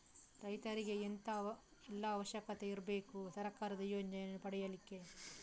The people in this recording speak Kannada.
ರೈತರಿಗೆ ಎಂತ ಎಲ್ಲಾ ಅವಶ್ಯಕತೆ ಇರ್ಬೇಕು ಸರ್ಕಾರದ ಯೋಜನೆಯನ್ನು ಪಡೆಲಿಕ್ಕೆ?